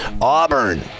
Auburn